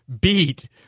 beat